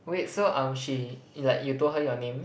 wait so um she in like you told her your name